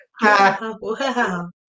Wow